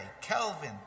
Kelvin